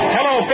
Hello